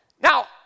Now